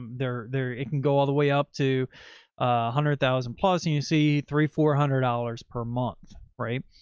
they're there, it can go all the way up to a hundred thousand plaza and you see three, four hundred dollars per month, right?